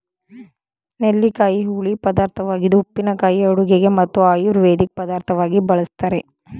ನೆಲ್ಲಿಕಾಯಿ ಹುಳಿ ಪದಾರ್ಥವಾಗಿದ್ದು ಉಪ್ಪಿನಕಾಯಿ ಅಡುಗೆಗೆ ಮತ್ತು ಆಯುರ್ವೇದಿಕ್ ಪದಾರ್ಥವಾಗಿ ಬಳ್ಸತ್ತರೆ